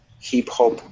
hip-hop